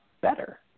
better